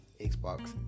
xbox